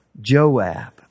Joab